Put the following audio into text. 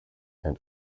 and